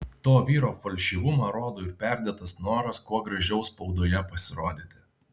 to vyro falšyvumą rodo ir perdėtas noras kuo gražiau spaudoje pasirodyti